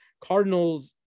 Cardinals